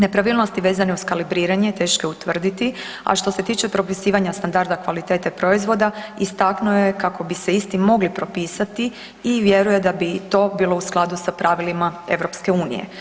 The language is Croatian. Nepravilnosti vezane uz kalibriranje teško je utvrditi, a što se tiče propisivanja standarda kvalitete proizvoda istaknuo je kako bi se isti mogli propisati i vjeruje da bi i to bilo u skladu sa pravilima EU.